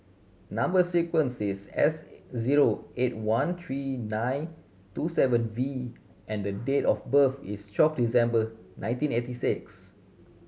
number sequence is S zero eight one three nine two seven V and date of birth is twelve December nineteen eighty six